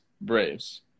Braves